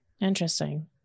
interesting